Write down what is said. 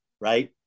right